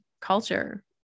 culture